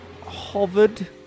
hovered